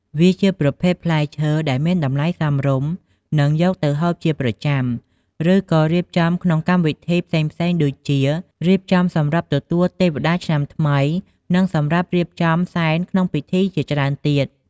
វាជាប្រភេទផ្លែឈើដែលមានតម្លៃសមរម្យនិងយកទៅហូបជាប្រចាំ ឬក៏រៀបចំក្នុងកម្មវិធីផ្សេងៗដូចជា រៀបចំសម្រាប់ទទួលទេវតាឆ្នាំថ្មី និងសម្រាប់រៀបចំសែនក្នុងពិធីជាច្រើនទៀត។